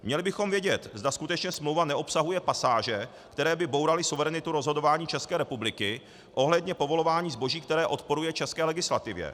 Měli bychom vědět, zda skutečně smlouva neobsahuje pasáže, které by bouraly suverenitu rozhodování České republiky ohledně povolování zboží, které odporuje české legislativě.